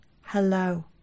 hello